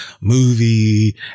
movie